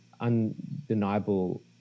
undeniable